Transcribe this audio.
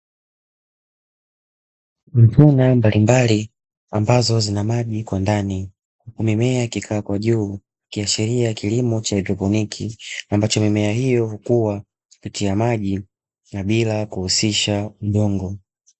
Mifumo mbalimbali ambazo zina maji kwa ndani, mimea ikikaa kwa juu ikiashiria kilimo cha haidroponi, ambacho mimea hiyo hukuwa kati ya maji na bila kuhusisha udongo.